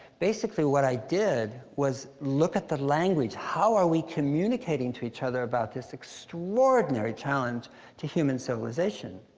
basically what i did was look at the language. how are we communicating to each other about this extraordinary challenge to human civilization.